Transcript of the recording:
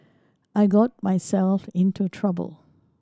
I got myself into trouble